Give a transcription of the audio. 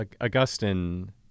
Augustine